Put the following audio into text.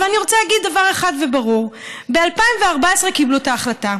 אבל אני רוצה להגיד דבר אחד ברור: ב-2014 קיבלו את ההחלטה.